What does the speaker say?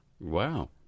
Wow